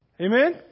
Amen